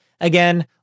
Again